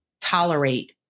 tolerate